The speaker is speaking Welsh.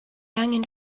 angen